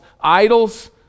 idols